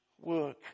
work